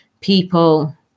people